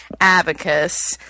Abacus